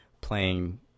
playing